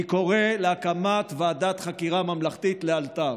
אני קורא להקמת ועדת חקירה ממלכתית לאלתר.